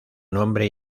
nombre